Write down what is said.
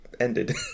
Ended